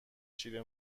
شیر